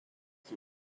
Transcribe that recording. can